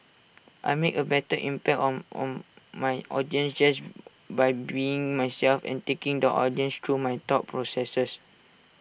I make A better impact on on my audience just by being myself and taking the audience through my thought processes